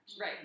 Right